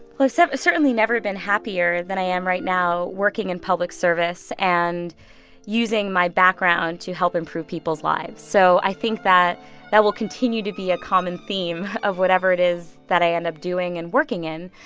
well, i've so certainly never been happier than i am right now working in public service and using my background to help improve people's lives. so i think that that will continue to be a common theme of whatever it is that i end up doing and working in.